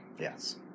Yes